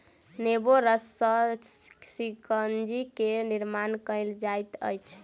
नेबो रस सॅ शिकंजी के निर्माण कयल जाइत अछि